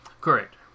Correct